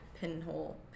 pinhole